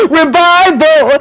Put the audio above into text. revival